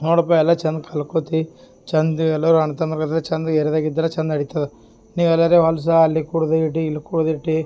ನೋಡಪ್ಪ ಎಲ್ಲ ಚಂದ ಪಲ್ಕೋತಿ ಚಂದ ಎಲ್ಲೋ ಅಣ್ತಮ್ರು ಇದ್ರೆ ಚಂದ ಏರಿಯದಾಗೆ ಇದ್ರೆ ಚಂದ ನಡಿತದ ನೀವು ಎಲ್ಲಾರೆ ಹೊಲ್ಸು ಅಲ್ಲಿ ಕುಡ್ದು ಇಡೀ ಇಲ್ಲಿ ಕುಡ್ದಿಟ್ಟು